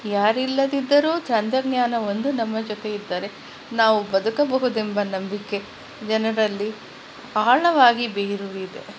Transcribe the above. ಯಾರಿಲ್ಲದಿದ್ದರೂ ತಂತ್ರಜ್ಞಾನ ಒಂದು ನಮ್ಮ ಜೊತೆ ಇದ್ದರೆ ನಾವು ಬದುಕಬಹುದೆಂಬ ನಂಬಿಕೆ ಜನರಲ್ಲಿ ಆಳವಾಗಿ ಬೇರೂರಿದೆ